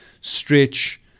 stretch